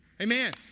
Amen